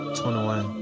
21